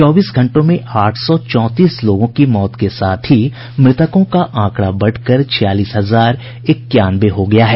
चौबीस घंटों में आठ सौ चौंतीस लोगों की मौत के साथ ही मृतकों का आंकड़ा बढ़कर छियालीस हजार इक्यानवे हो गया है